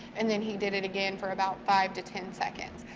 and then he did it again for about five to ten seconds.